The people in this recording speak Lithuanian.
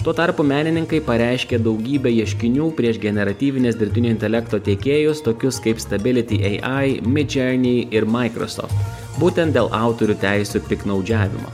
tuo tarpu menininkai pareiškė daugybę ieškinių prieš generatyvinės dirbtinio intelekto tiekėjus tokius kaip stability ai midjourney ir microsoft būtent dėl autorių teisių piktnaudžiavimo